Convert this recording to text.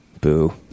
boo